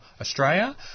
Australia